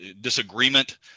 disagreement